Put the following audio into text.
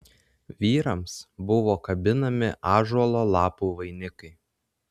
vyrams buvo kabinami ąžuolo lapų vainikai